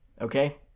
okay